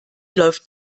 läuft